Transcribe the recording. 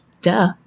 Duh